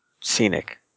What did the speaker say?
Scenic